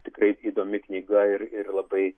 tikrai įdomi knyga ir ir labai